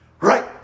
Right